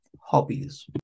hobbies